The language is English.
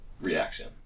reaction